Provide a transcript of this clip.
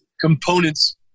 components